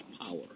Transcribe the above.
power